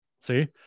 See